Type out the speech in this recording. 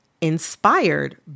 inspired